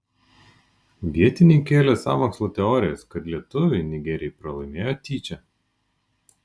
vietiniai kėlė sąmokslo teorijas kad lietuviai nigerijai pralaimėjo tyčia